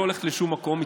היא לא הולכת לשום מקום,